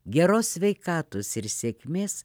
geros sveikatos ir sėkmės